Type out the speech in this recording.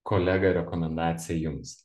kolega rekomendacija jums